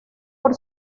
por